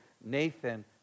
Nathan